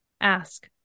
ask